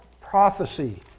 prophecy